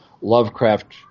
Lovecraft